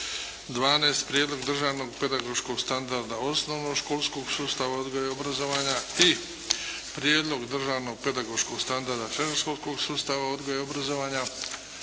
12. Prijedlog državnog pedagoškog standarda osnovnoškolskog sustava odgoja i obrazovanja i Prijedlog državnog pedagoškog standarda srednjoškolskog sustava odgoja i obrazovanja